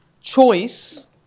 choice